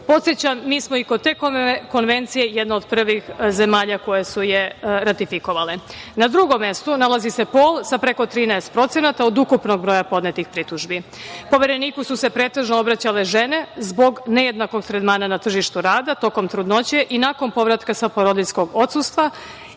Podsećam, mi smo i kod te Konvencije jedna od prvih zemalja koje su je ratifikovale. Na drugom mestu nalazi se pol sa preko 13% od ukupnog broja podnetih pritužbi. Povereniku su se pretežno obraćale žene zbog nejednakog tretmana na tržištu rada tokom trudnoće i nakon povratka sa porodiljskog odsustva